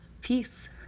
peace